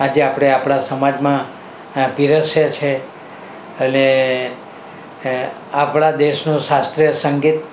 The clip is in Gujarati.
આજે આપણે આપણા સમાજમાં આ પીરસે છે અને આપણા દેશનું શાસ્ત્રીય સંગીત